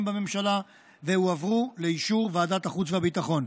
בממשלה והועברו לאישור ועדת החוץ והביטחון.